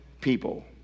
people